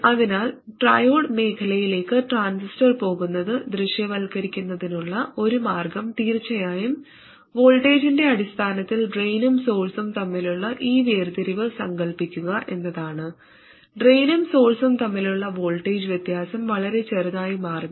അതിനാൽ ട്രയോഡ് മേഖലയിലേക്ക് ട്രാൻസിസ്റ്റർ പോകുന്നത് ദൃശ്യവൽക്കരിക്കുന്നതിനുള്ള ഒരു മാർഗ്ഗം തീർച്ചയായും വോൾട്ടേജിന്റെ അടിസ്ഥാനത്തിൽ ഡ്രെയിനും സോഴ്സും തമ്മിലുള്ള ഈ വേർതിരിവ് സങ്കൽപ്പിക്കുക എന്നതാണ് ഡ്രെയിനും സോഴ്സും തമ്മിലുള്ള വോൾട്ടേജ് വ്യത്യാസം വളരെ ചെറുതായി മാറുന്നു